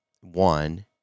one